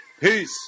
peace